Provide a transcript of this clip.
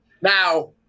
Now